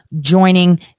joining